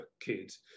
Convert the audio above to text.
kids